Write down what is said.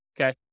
Okay